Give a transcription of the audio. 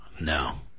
No